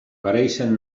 pareixien